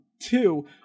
Two